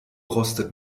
rostet